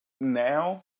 now